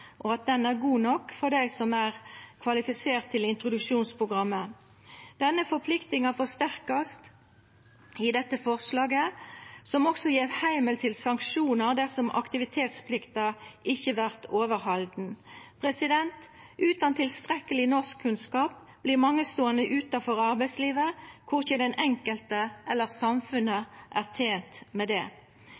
og at opplæringa er god nok for dei som er kvalifiserte til introduksjonsprogrammet. Denne forpliktinga vert forsterka i dette forslaget, som også gjev heimel for sanksjonar dersom aktivitetsplikta ikkje vert overhalden. Utan tilstrekkelege norskkunnskapar vert mange ståande utanfor arbeidslivet. Korkje den enkelte eller samfunnet er tent med det.